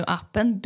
appen